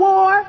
War